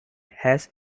has